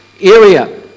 area